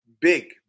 Big